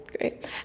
great